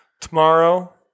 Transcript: tomorrow